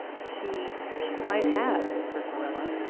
she. she might have, whispered marilla.